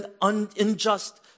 unjust